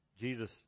Jesus